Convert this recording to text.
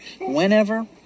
Whenever